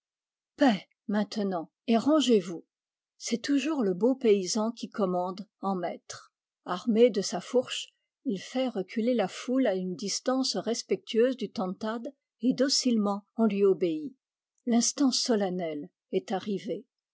maintenant et rangez-vous c'est toujours le beau paysan qui commande en maître armé de sa fourche il fait reculer la foule à une distance respectueuse du tantad et docilement on lui obéit l'instant solennel est arrivé